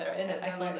and they're like